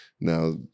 Now